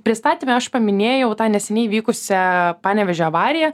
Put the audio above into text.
pristatyme aš paminėjau tą neseniai įvykusią panevėžio avariją